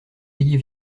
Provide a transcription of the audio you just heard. ayez